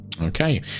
Okay